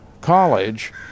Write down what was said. college